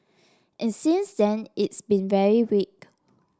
and since then it's been very weak